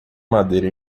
madeira